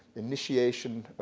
initiation